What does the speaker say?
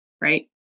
right